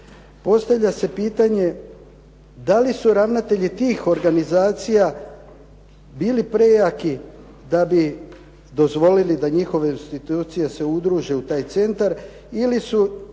Postavlja se pitanje da li su ravnatelji tih organizacija bili prejaki da bi dozvolili da njihove institucije se udruže u taj centar ili su